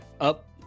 up